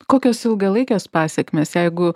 kokios ilgalaikės pasekmės jeigu